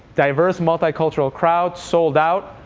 diverse multicultural crowd. sold out.